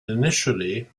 initially